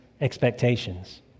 expectations